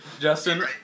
Justin